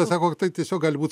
sako kad tai tiesiog gali būt